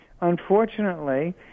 Unfortunately